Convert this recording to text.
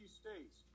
states